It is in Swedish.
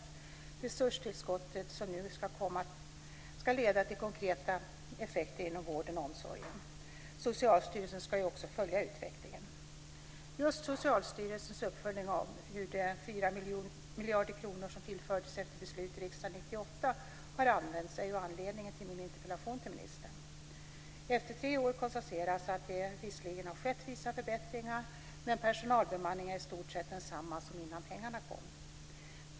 Det resurstillskott som nu ska komma ska leda till konkreta effekter inom vården och omsorgen. Socialstyrelsen ska ju också följa utvecklingen. Just Socialstyrelsens uppföljning av hur de fyra miljarder kronor som tillfördes efter beslut i riksdagen 1998 har använts är ju anledningen till min interpellation till ministern. Efter tre år konstateras att det visserligen har skett vissa förbättringar, men personalbemanningen är i stort sett densamma som innan pengarna kom.